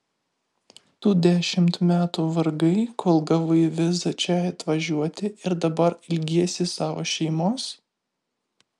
tu dešimt metų vargai kol gavai vizą čia atvažiuoti ir dabar ilgiesi savo šeimos